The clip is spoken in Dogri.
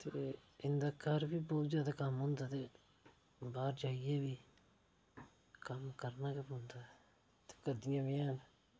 ते इं'दा घर बी बोह्त ज्यादा कम्म होंदा ते बाह्र जाइयै बी कम्म करना गै पौंदा ऐ ते करदियां बी हैन